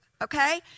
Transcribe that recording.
Okay